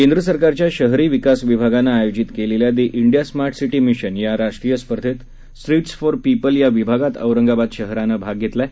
केंद्र सरकारच्या शहरी विकास विभागानं आयोजित केलेल्या the India smart city mission या राष्ट्रीय स्पर्धेत स्ट्रीट्स फॉर पीपल या विभागात औरंगाबाद शहरानं भाग घेतला आहे